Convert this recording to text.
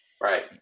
Right